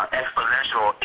exponential